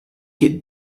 get